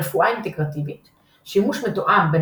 רפואה אינטגרטיבית – שימוש מתואם בין